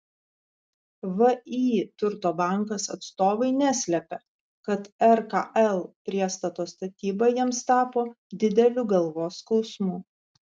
vį turto bankas atstovai neslepia kad rkl priestato statyba jiems tapo dideliu galvos skausmu